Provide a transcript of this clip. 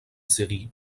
série